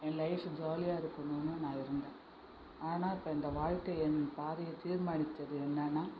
என் life ஜாலியாக இருக்கணுன்னு நான் விரும்புறேன் ஆனால் இப்போ இந்த வாழ்க்கை என் பாதையை தீர்மானித்தது என்னனால்